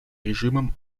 режимом